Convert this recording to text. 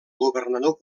governador